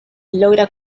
logra